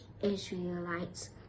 Israelites